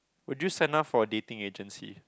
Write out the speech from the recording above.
would you sign up for a dating agency